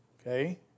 Okay